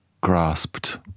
grasped